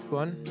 one